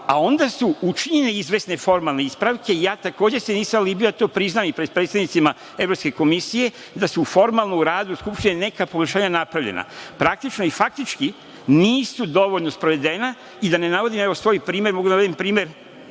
a onda su učinjene izvesne formalne ispravke, nisam se libio, to priznam i pred predsednicima Evropske komisije, da su formalno u radu Skupštine neka pogoršanja napravljena. Praktično i faktički nisu dovoljno sprovedena i da ne navodim, evo, svoji primer, mogu da navedem primer,